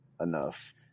enough